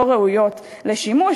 לא ראויות לשימוש,